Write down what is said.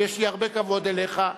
ויש לי הרבה כבוד אליך,